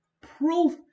proof